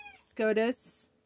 SCOTUS